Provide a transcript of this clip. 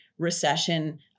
recession